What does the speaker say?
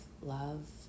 love